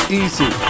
easy